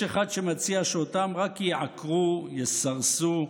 יש אחד שמציע שאותם רק יעקרו, יסרסו,